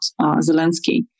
Zelensky